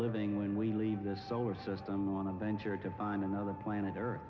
living when we leave the solar system one of the injured to find another planet earth